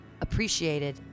appreciated